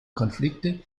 konflikte